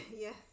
Yes